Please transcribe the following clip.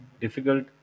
difficult